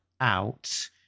out